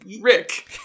Rick